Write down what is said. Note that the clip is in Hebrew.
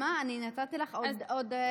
נעמה, אני נתתי לך כמעט עוד דקה.